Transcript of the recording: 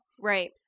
Right